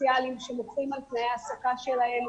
סוציאליים שמוחים על תנאי העסקה שלהם.